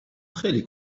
خیلی